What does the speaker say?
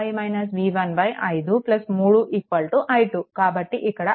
కాబట్టి ఇక్కడ i2